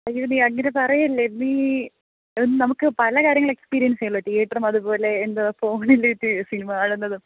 അയ്യോ നീ അങ്ങനെ പറയല്ലേ നീ നമുക്ക് പല കാര്യങ്ങൾ എക്സ്പീര്യൻസ് ചെയ്യാമല്ലോ തിയേറ്ററും അതുപോലെ എന്താ ഫോണിൽ സിനിമാ കാണുന്നതും